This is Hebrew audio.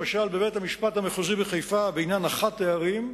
למשל בבית-המשפט המחוזי בחיפה בעניין אחת הערים,